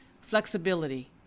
flexibility